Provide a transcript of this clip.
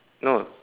no